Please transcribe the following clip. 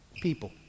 people